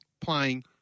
playing